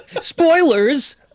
Spoilers